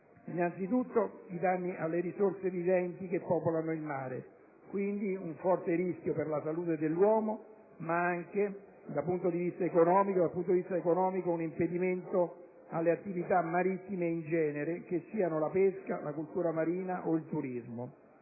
Innanzitutto i danni alle risorse viventi che popolano il mare, quindi un forte rischio per la salute dell'uomo, ma anche, da punto di vista economico, un impedimento alle attività marittime in genere, che siano la pesca, la coltura marina o il turismo.